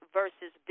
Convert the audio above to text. versus